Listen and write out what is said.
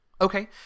Okay